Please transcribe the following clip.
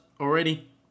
already